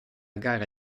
gara